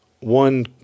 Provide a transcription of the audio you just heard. one